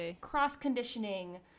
cross-conditioning